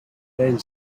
ben